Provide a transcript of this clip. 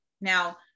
Now